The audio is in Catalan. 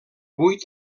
vuit